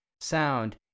sound